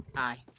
aye.